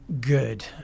good